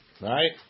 Right